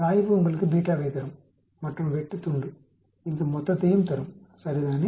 சாய்வு உங்களுக்கு βவைத் தரும் பற்றும் வேட்டுத்துண்டு இந்த மொத்தத்தையும் தரும் சரிதானே